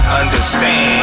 understand